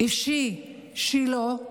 אישי שלו,